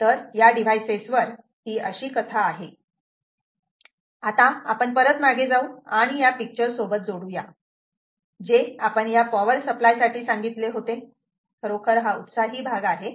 तर या डिव्हाइसेस वर ही अशी कथा आहे आता आपण परत मागे जाऊ आणि या पिक्चर सोबत जोडू या जे आपण या पॉवर सप्लाय साठी सांगितले होतेहा उत्साही भाग आहे